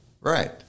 Right